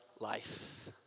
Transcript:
life